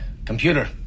Computer